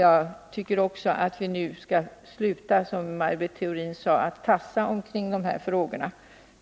Jag tycker också att vi nu skall sluta, som Maj Britt Theorin sade, att tassa kring dessa frågor.